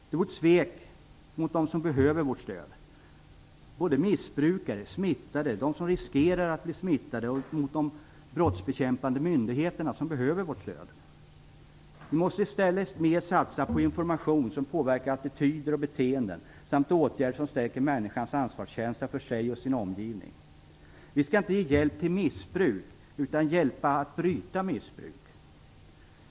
Det vore ett svek mot dem som behöver vårt stöd - missbrukare, smittade, de som riskerar att bli smittade och våra brottsbekämpande myndigheter som behöver vårt stöd. Vi måste i stället mera satsa på information som påverkar attityder och beteenden samt på åtgärder som stärker människans ansvarskänsla för sig och sin omgivning. Vi skall inte ge hjälp till missbruk, utan vi skall hjälpa till när det gäller att bryta missbruk.